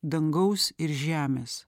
dangaus ir žemės